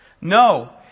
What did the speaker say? No